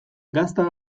gazta